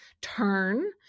turn